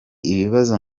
ibibazo